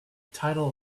title